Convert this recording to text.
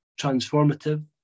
transformative